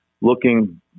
looking